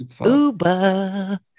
Uber